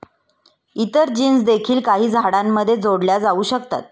इतर जीन्स देखील काही झाडांमध्ये जोडल्या जाऊ शकतात